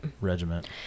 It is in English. regiment